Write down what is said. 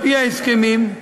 על-פי ההסכמים,